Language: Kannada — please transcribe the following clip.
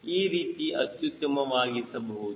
ಈ ರೀತಿ ಅತ್ಯುತ್ತಮವಾಗಿಸಬಹುದು